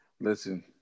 Listen